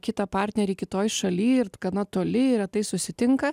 kitą partnerį kitoj šalyj ir gana toli ir retai susitinka